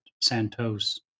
Santos